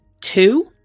two